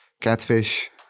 catfish